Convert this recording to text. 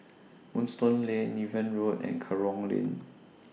Moonstone Lane Niven Road and Kerong Lane